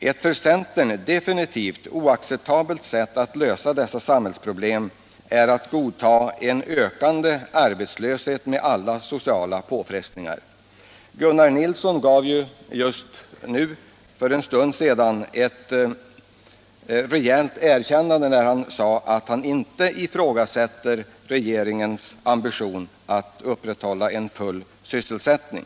Ett för centern definitivt oacceptabelt sätt att lösa dessa samhällsproblem är att godta en ökande arbetslöshet med alla de sociala påfrestningar den medför. Gunnar Nilsson gav för en stund sedan regeringen ett rejält erkännande när han sade att han inte ifrågasätter regeringens ambitioner att upprätthålla en full sysselsättning.